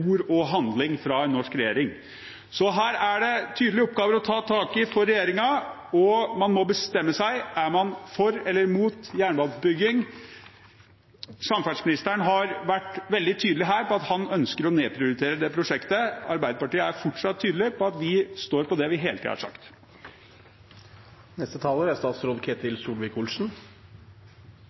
og handling fra en norsk regjering. Her er det tydelige oppgaver å ta tak i for regjeringen, og man må bestemme seg for om man er for eller mot jernbaneutbygging. Samferdselsministeren har vært veldig tydelig på at han ønsker å nedprioritere det prosjektet. Arbeiderpartiet er fortsatt tydelig på at vi står på det vi hele tiden har sagt.